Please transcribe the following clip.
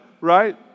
right